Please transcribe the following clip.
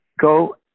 go